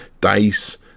dice